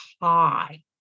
high